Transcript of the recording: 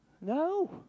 No